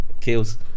Kills